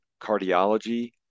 cardiology